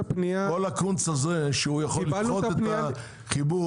הקונץ הזה שהוא יכול לדחות את החיבור,